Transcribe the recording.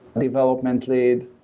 development lead,